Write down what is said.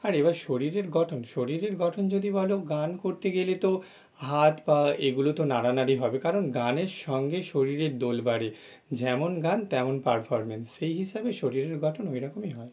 আর এবার শরীরের গঠন শরীরের গঠন যদি বলো গান করতে গেলে তো হাত পা এগুলো তো নাড়ানাড়ি হবে কারণ গানের সঙ্গে শরীরের দোল বাড়ে যেমন গান তেমন পারফর্মেন্স সেই হিসেবে শরীরের গঠন ওই রকমই হয়